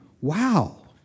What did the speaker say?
wow